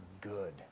good